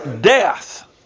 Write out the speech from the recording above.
death